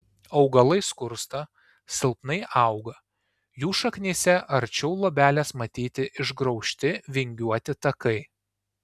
augalai skursta silpnai auga jų šaknyse arčiau luobelės matyti išgraužti vingiuoti takai